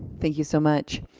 thank you so much.